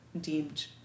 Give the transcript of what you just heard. deemed